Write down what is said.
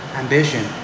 ambition